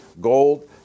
gold